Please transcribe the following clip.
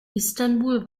istanbul